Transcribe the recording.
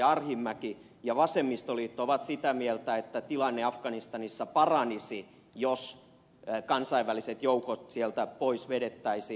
arhinmäki ja vasemmistoliitto ovat sitä mieltä että tilanne afganistanissa paranisi jos kansainväliset joukot sieltä pois vedettäisiin